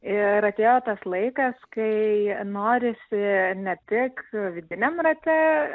ir atėjo tas laikas kai norisi ne tik vidiniam rate